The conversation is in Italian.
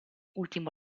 ultimo